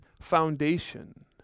foundation